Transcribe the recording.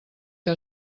que